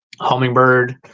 hummingbird